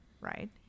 right